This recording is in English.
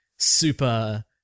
super